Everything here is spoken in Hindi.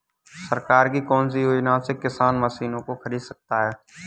सरकार की कौन सी योजना से किसान मशीनों को खरीद सकता है?